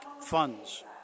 funds